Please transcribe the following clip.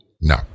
No